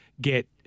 get